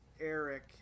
Eric